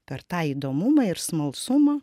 per tą įdomumą ir smalsumą